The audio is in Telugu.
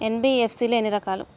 ఎన్.బి.ఎఫ్.సి ఎన్ని రకాలు?